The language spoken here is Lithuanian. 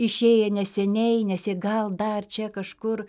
išėję neseniai nes jie gal dar čia kažkur